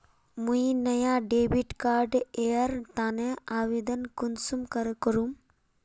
मुई नया debit card एर तने आवेदन कुंसम करे करूम?